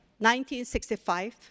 1965